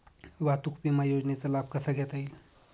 वाहतूक विमा योजनेचा लाभ कसा घेता येईल?